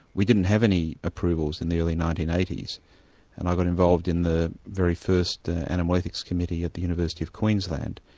we didn't have any approvals in the early nineteen eighty s and i got involved in the very first animal ethics committee at the university of queensland.